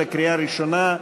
קריאה ראשונה.